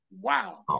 wow